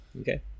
Okay